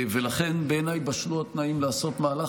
לכן, בעיניי, בשלו התנאים לעשות מהלך.